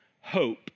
hope